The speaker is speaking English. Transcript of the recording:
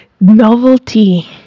novelty